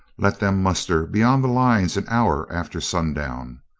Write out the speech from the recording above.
let them muster beyond the lines an hour after sun down.